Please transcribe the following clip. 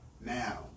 now